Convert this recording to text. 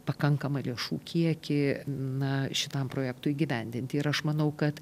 pakankamą lėšų kiekį na šitam projektui įgyvendinti ir aš manau kad